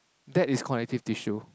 that is connective tissue